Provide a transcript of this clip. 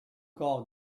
call